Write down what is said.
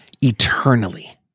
eternally